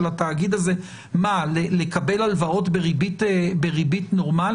התאגיד הזה לקבל הלוואות בריבית נורמלית?